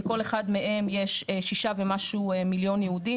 בכל אחד מהם יש שישה ומשהו מיליון יהודים